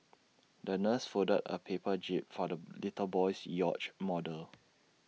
the nurse folded A paper jib for the little boy's yacht model